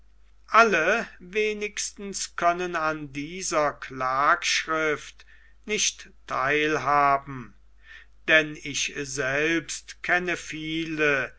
alle wenigstens können an dieser klagschrift nicht theil haben denn ich selbst kenne viele